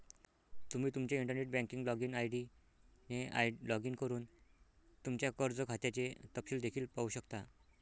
तुम्ही तुमच्या internet banking login ID ने लॉग इन करून तुमच्या कर्ज खात्याचे तपशील देखील पाहू शकता